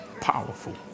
powerful